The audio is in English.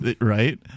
right